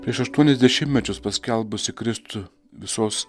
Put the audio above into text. prieš aštuonis dešimtmečius paskelbusi kristų visos